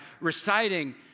reciting